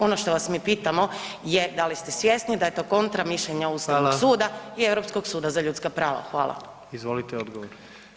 Ono što vas mi pitamo je, da li ste svjesni da je to kontra mišljenja Ustavnog suda [[Upadica: Hvala.]] i Europskog suda za ljudska prava?